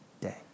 day